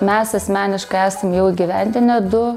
mes asmeniškai esam jau įgyvendinę du